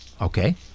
Okay